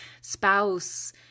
spouse